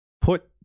put